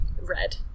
Red